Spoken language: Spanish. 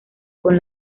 con